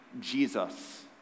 Jesus